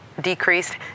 decreased